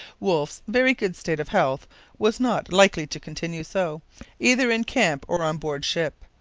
wolfe's very good state of health was not likely to continue so either in camp or on board ship.